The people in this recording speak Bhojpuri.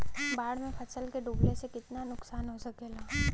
बाढ़ मे फसल के डुबले से कितना नुकसान हो सकेला?